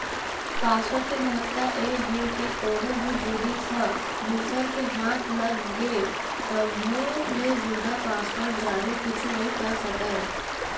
password के महत्ता ए हे के कोनो भी जिनिस ह दूसर के हाथ लग गे तभो ले बिना पासवर्ड जाने कुछु नइ कर सकय